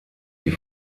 die